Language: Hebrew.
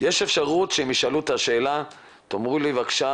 יש אפשרות שהם ישאלו את השאלה 'תאמרו לי בבקשה